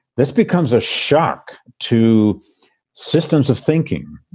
this becomes a shock to systems of thinking.